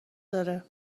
داره